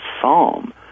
psalm